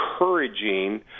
encouraging